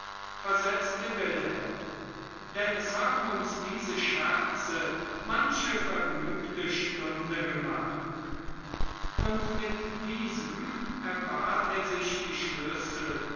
versetzte wilhelm denn es haben uns diese scherze manche vergnügte stunde gemacht und mit diesem erbat er sich die schlüssel